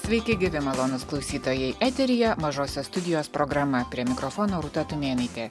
sveiki gyvi malonūs klausytojai eteryje mažosios studijos programa prie mikrofono rūta tumėnaitė